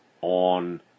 on